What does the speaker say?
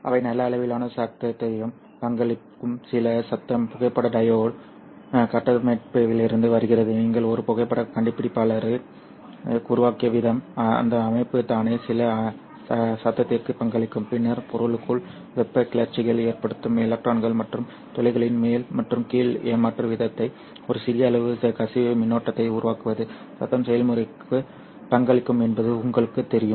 அவை நல்ல அளவிலான சத்தத்தையும் பங்களிக்கும் சில சத்தம் புகைப்பட டையோடு கட்டமைப்பிலிருந்து வருகிறது நீங்கள் ஒரு புகைப்படக் கண்டுபிடிப்பாளரை உருவாக்கிய விதம் அந்த அமைப்பு தானே சில சத்தத்திற்கு பங்களிக்கும் பின்னர் பொருளுக்குள் வெப்ப கிளர்ச்சிகள் ஏற்படும் எலக்ட்ரான்கள் மற்றும் துளைகளின் மேல் மற்றும் கீழ் ஏமாற்று வித்தை ஒரு சிறிய அளவு கசிவு மின்னோட்டத்தை உருவாக்குவது சத்தம் செயல்முறைக்கு பங்களிக்கும் என்பது உங்களுக்குத் தெரியும்